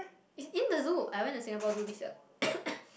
it's in the zoo I went to Singapore Zoo this year